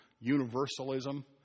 universalism